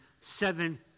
seven